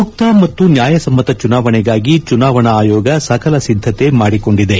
ಮುಕ್ತ ಮತ್ತು ನ್ಯಾಯ ಸಮ್ಮತ ಚುನಾವಣೆಗಾಗಿ ಚುನಾವಣಾ ಆಯೋಗ ಸಕಲ ಸಿದ್ದತೆ ಮಾಡಿಕೊಂಡಿದೆ